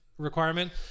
requirement